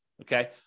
okay